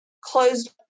closed